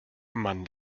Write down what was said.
man